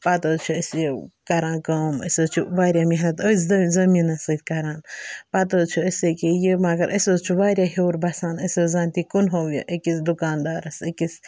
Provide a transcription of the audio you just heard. پتہٕ حظ چھِ أسۍ یہِ کَران کٲم أسۍ حٕظ چھِ واریاہ مٮ۪حنَت أتھۍ زٔمیٖنَس سۭتۍ کَران پتہٕ حٕظ چھِ أسۍ أکیاہ یہِ مگر اسہِ حٕظ چھُ واریاہ ہِیوٚر بَسان أسۍ حٕظ زَن تہِ کٕنہوو یہِ أکِس دُکاندارَس أکِس